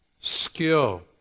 skill